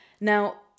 Now